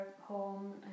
home